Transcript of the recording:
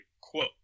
Quote